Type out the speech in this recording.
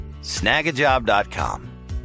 Snagajob.com